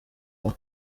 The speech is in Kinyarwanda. wawe